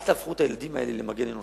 אל תהפכו את הילדים האלה למגן אנושי.